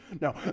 No